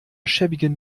schäbigen